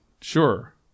sure